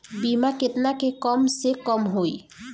बीमा केतना के कम से कम होई?